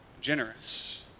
generous